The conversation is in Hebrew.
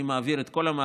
אני מעביר את כל המערכת,